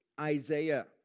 isaiah